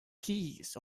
keys